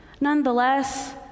Nonetheless